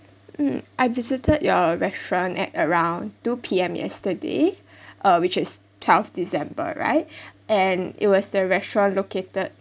mm I visited your restaurant at around two P_M yesterday uh which is twelfth december right and it was the restaurant located